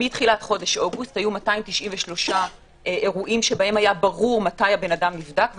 מתחילת חודש אוגוסט היו 293 אירועים שבהם היה ברור מתי האדם נדבק,